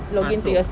masuk